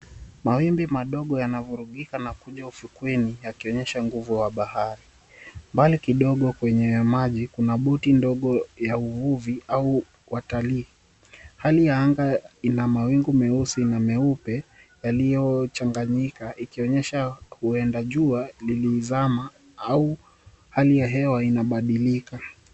Mawimbi madogo yanavurugika na kuja ufukweni yakionyesha nguvu wa bahari. Mbali kidogo kwenye maji, kuna boti ndogo ya uvuvi au watalii. Hali ya anga ina mawingu meusi na meupe yaliyochanganyika, ikionyesha huenda jua lilizama au hali ya hewa inabadilika.